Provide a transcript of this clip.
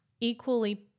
equally